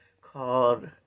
called